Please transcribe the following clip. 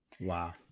Wow